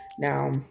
Now